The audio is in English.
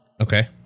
Okay